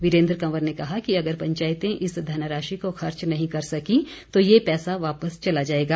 वीरेन्द्र कंवर ने कहा कि अगर पंचायतें इस धनराशि को खर्च नहीं कर सकीं तो ये पैसा वापिस चला जाएगा